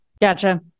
gotcha